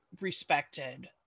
respected